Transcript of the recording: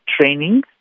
training